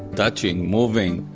touching, moving.